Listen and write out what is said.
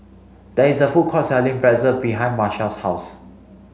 there is a food court selling Pretzel behind Marsha's house